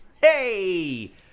Hey